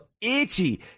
itchy